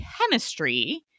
chemistry